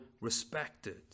respected